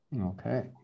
Okay